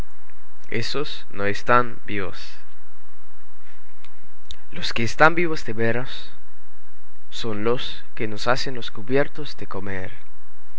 no están vivos los que están vivos de veras son los que nos hacen los cubiertos de comer